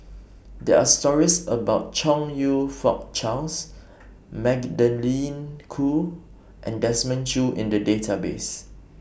There Are stories about Chong YOU Fook Charles Magdalene Khoo and Desmond Choo in The Database